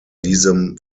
diesem